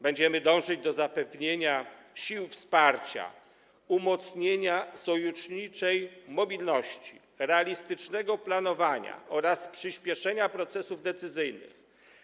Będziemy dążyć do zapewnienia sił wsparcia, umocnienia sojuszniczej mobilności, realistycznego planowania oraz przyspieszenia procesów decyzyjnych.